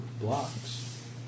blocks